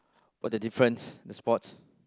what the difference the sports